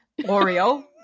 Oreo